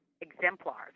exemplars